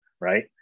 Right